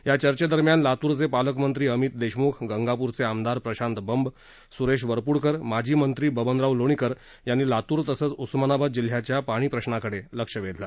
या चर्चेदरम्यान लातूरचे पालकमंत्री अमित देशमुख गंगापूरचे आमदार प्रशांत बंब सुरेश वरपूडकर माजी मंत्री बबनराव लोणीकर यांनी लातूर तसंच उस्मानाबाद जिल्ह्याच्या पाणी प्रश्नाकडे लक्ष वेधलं